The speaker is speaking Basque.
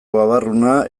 babarruna